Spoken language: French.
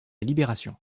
libération